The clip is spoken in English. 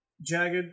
jagged